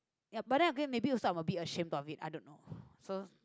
ya but then again maybe also I am a bit ashamed of it I don't know so